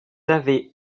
avez